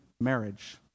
marriage